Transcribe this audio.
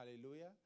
Hallelujah